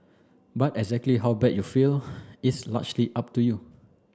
but exactly how bad you feel is largely up to you